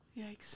yikes